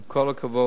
עם כל הכבוד,